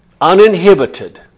uninhibited